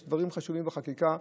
יש דברים חשובים בחקיקה.